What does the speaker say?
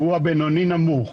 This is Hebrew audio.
שהוא הבינוני-נמוך,